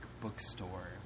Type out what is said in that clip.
bookstore